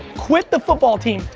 quit the football team,